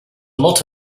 lot